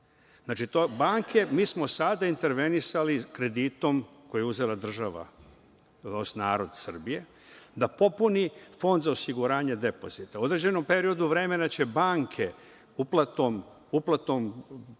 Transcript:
Znači, mi smo sada intervenisali kreditom koji je uzela država, odnosno narod Srbije, da popuni Fond za osiguranje depozita. U određenom periodu vremena će banke, uplatom